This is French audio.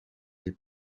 des